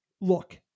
Look